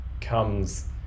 comes